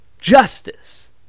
justice